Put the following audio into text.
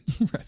Right